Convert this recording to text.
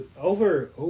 over